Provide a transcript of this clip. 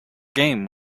game